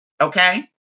Okay